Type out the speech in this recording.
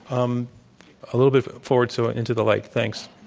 i'm a little bit forward so into the light. thanks.